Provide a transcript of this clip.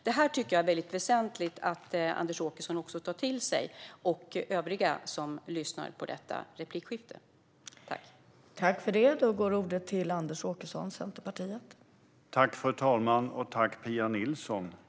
Jag tycker att det är väsentligt att Anders Åkesson och de som lyssnar på replikskiftet tar till sig detta.